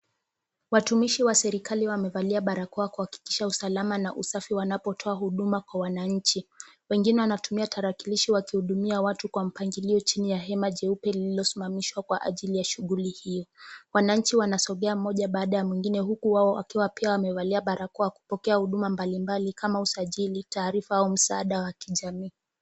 Watumishi wa serikali wamevalia barakoa kuhakikisha usalama na usafi wanapotoa huduma kwa wananchi. Wengine wanatumia tarakilishi wakihudumia watu kwa mpangilio chini ya hema jeupe lililosimamishwa kwa ajili ya shughuli hiyo. Wananchi wanasongea mmoja baada ya mwingine huku wao wakiwa pia wamevalia barakoa wakipokea huduma mbalimbali kama usajili, taarifa au msaada wa kijamii.